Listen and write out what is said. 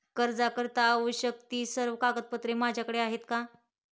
कर्जाकरीता आवश्यक ति सर्व कागदपत्रे माझ्याकडे आहेत का?